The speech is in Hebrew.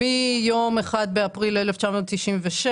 מיום 1 באפריל 1996,